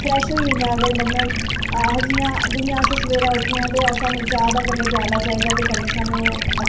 fresh होई जंदा ऐ अगर जि'यां अस सवैरे उट्ठने आं ते सानूं चाहे दा कन्नै प्याला चाहिदा ते कन्नै